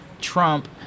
Trump